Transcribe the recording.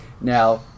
Now